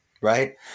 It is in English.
right